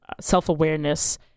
self-awareness